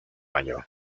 año